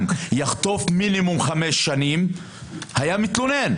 יחטוף מינימום חמש שנים הוא היה מתלונן.